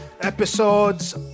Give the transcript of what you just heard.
Episodes